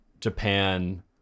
Japan